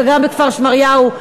גם בכפר-שמריהו,